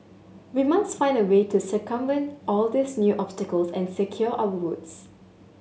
we must find a way to circumvent all these new obstacles and secure our votes